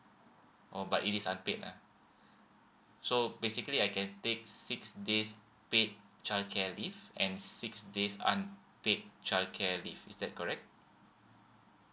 oh but it is unpaid lah so basically I can take six days paid childcare leave and six days unpaid childcare leave is that correct